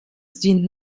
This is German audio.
sind